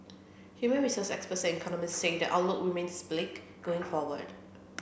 human resource experts and economists say the outlook remains bleak going forward